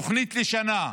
תוכנית לשנה,